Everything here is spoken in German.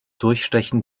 durchstechen